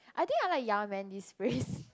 I think I like ya man this phrase